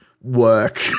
work